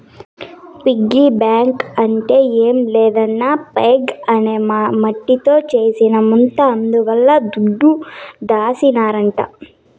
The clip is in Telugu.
పిగ్గీ బాంక్ అంటే ఏం లేదన్నా పైగ్ అనే మట్టితో చేసిన ముంత అందుల దుడ్డు దాసినారంట